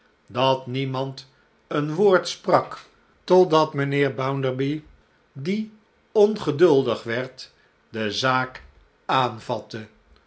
dat niemand een woord sprak totdat mijnheer bounderby die ongeduldig werd de zaak aanvatte